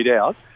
out